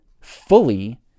fully